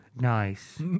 Nice